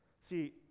See